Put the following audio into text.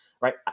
Right